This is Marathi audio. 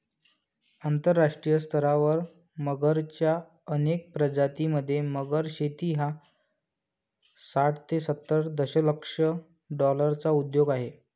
आंतरराष्ट्रीय स्तरावर मगरच्या अनेक प्रजातीं मध्ये, मगर शेती हा साठ ते सत्तर दशलक्ष डॉलर्सचा उद्योग आहे